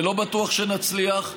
ולא בטוח שנצליח,